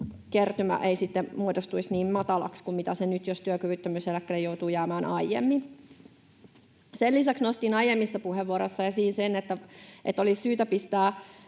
ei sitten muodostuisi niin matalaksi kuin mitä nyt, jos työkyvyttömyyseläkkeelle joutuu jäämään aiemmin. Sen lisäksi nostin aiemmissa puheenvuoroissani esiin sen, että olisi syytä pistää